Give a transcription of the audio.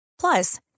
Plus